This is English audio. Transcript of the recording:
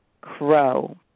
Crow